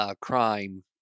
crime